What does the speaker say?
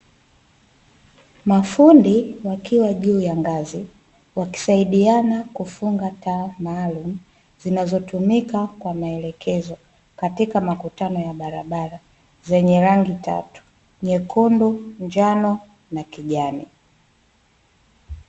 Mafundi wakiwa juu ya ngazi wakisadiana kufunga taa maalumu zinazotumika kwa maelekezo katika makutano ya barabara zenye rangi tatu: nyekundu, njano na kijani.